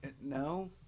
No